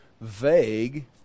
vague